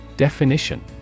Definition